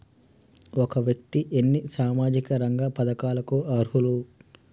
ఒక వ్యక్తి ఎన్ని సామాజిక రంగ పథకాలకు అర్హులు?